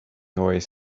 always